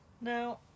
Now